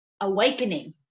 awakening